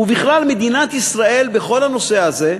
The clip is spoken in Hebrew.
ובכלל, מדינת ישראל בכל הנושא הזה,